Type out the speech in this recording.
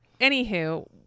anywho